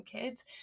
kids